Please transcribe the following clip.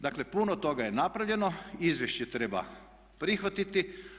Dakle, puno toga je napravljeno, izvješće treba prihvatiti.